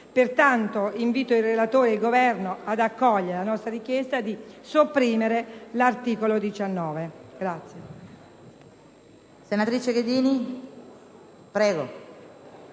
Pertanto, invito il relatore ed il Governo ad accogliere la nostra richiesta di sopprimere l'articolo 19.